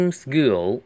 school